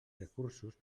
recursos